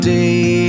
day